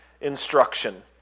instruction